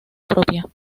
propia